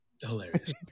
Hilarious